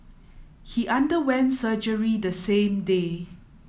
he underwent surgery the same day